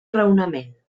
raonament